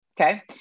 Okay